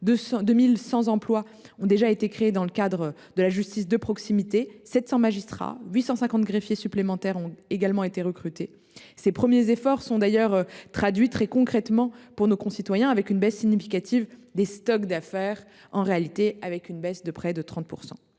2 100 emplois ont été créés dans le cadre de la justice de proximité ; 700 magistrats et 850 greffiers supplémentaires ont également été recrutés. Ces premiers efforts se sont d’ailleurs traduits très concrètement pour nos concitoyens, avec une baisse significative des stocks d’affaires en cours de près de 30 %.